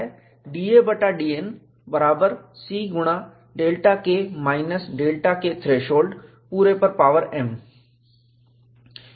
यह दिया जाता है d a बटा dN बराबर C गुणा ΔK माइनस ΔK थ्रेशोल्ड पूरे पर पावर m